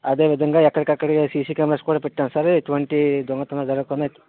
అదే విధంగా ఎక్కడికక్కడ ఈ సీసీ కెమెరాస్ కూడా పెట్టాము సార్ ఎటువంటి దొంగతనాలు జరగకుండా